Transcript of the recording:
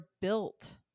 built